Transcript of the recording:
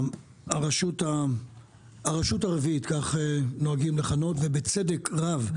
הרשות הרביעית, כך נוהגים לכנות, ובצדק רב,